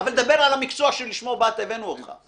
אבל דבר על המקצוע שלשמו הבאנו אותך.